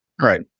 right